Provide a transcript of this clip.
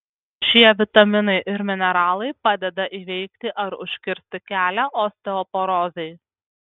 šie vitaminai ir mineralai padeda įveikti ar užkirsti kelią osteoporozei